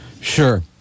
Sure